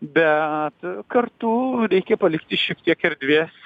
bet kartu reikia palikti šiek tiek erdvės